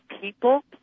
people